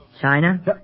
China